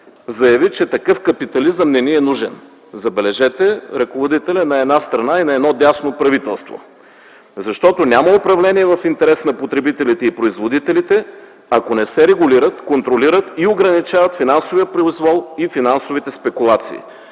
заяви: „такъв капитализъм не ни е нужен” – забележете – ръководителят на страна и дясно правителство. Няма управление в интерес на потребителите и производителите, ако не се регулират, контролират и ограничават финансовият произвол и финансовите спекулации.